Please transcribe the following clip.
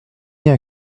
bien